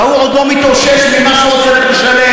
ההוא עוד לא מתאושש ממה שהוא עוד צריך לשלם.